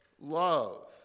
love